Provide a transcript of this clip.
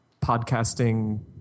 podcasting